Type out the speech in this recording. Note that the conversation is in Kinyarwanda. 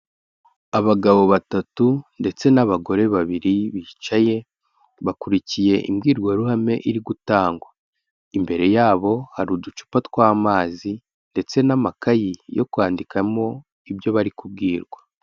Abagabo batatu ndetse n'abagore babiri bicaye, bakurikiye imbwirwaruhame iri gutangwa, imbere yabo hari uducupa tw'amazi, ndetse n'amakayi yo kwandikamo ibyo bari kubwirwa.